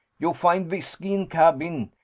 you find vhiskey in cabin.